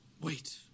Wait